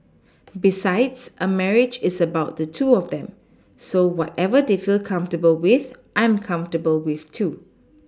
besides a marriage is about the two of them so whatever they feel comfortable with I'm comfortable with too